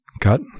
Cut